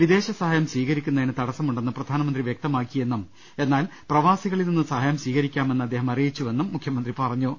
വിദേശസഹായം സ്വീകരിക്കുന്നതിന് തടസ്സമുണ്ടെന്ന് പ്രധാനമന്ത്രി വ്യക്തമാക്കിയെന്നും എന്നാൽ പ്രവാസികളിൽ നിന്ന് സഹായം സ്വീകരിക്കാമെന്ന് അദ്ദേഹം അറിയിച്ചെന്നും മുഖ്യമന്ത്രി പറഞ്ഞു